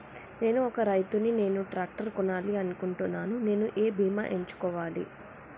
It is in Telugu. నేను ఒక రైతు ని నేను ట్రాక్టర్ కొనాలి అనుకుంటున్నాను నేను ఏ బీమా ఎంచుకోవాలి?